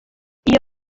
iyo